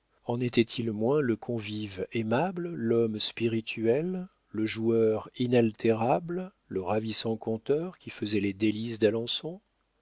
en était-il moins le convive aimable l'homme spirituel le joueur inaltérable le ravissant conteur qui faisait les délices d'alençon